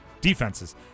defenses